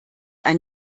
ein